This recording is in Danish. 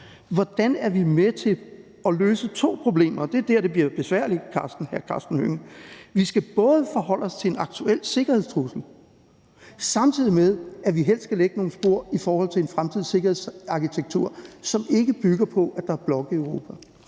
hvordan vi er med til at løse to problemer. Det er der, det bliver besværligt, hr. Karsten Hønge. Vi skal forholde os til en aktuel sikkerhedstrussel, samtidig med at vi helst skal lægge nogle spor i forhold til en fremtidig sikkerhedsarkitektur, som ikke bygger på, at der er blokke i Europa.